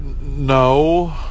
No